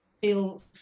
feel